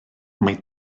mae